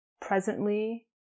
presently